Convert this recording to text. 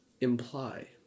imply